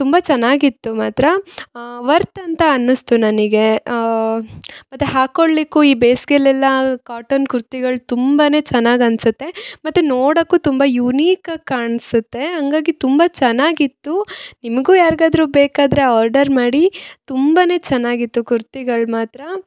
ತುಂಬ ಚೆನ್ನಾಗಿತ್ತು ಮಾತ್ರ ವರ್ತ್ ಅಂತ ಅನ್ನಿಸ್ತು ನನಗೆ ಮತ್ತು ಹಾಕೊಳ್ಳಿಕ್ಕು ಈ ಬೇಸಿಗೆಲೆಲ್ಲ ಕಾಟನ್ ಕುರ್ತಿಗಳ್ ತುಂಬಾ ಚೆನ್ನಾಗ್ ಅನ್ಸುತ್ತೆ ಮತ್ತು ನೋಡೋಕು ತುಂಬ ಯೂನೀಕ್ ಆಗಿ ಕಾಣ್ಸುತ್ತೆ ಹಂಗಾಗಿ ತುಂಬ ಚೆನ್ನಾಗಿತ್ತು ನಿಮಗು ಯಾರಿಗಾದ್ರು ಬೇಕಾದರೆ ಆರ್ಡರ್ ಮಾಡಿ ತುಂಬಾ ಚೆನ್ನಾಗಿತ್ತು ಕುರ್ತಿಗಳು ಮಾತ್ರ